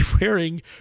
wearing